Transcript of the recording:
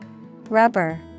Rubber